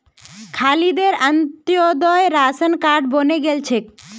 खालिदेर Antyodaya ration card बने गेल छेक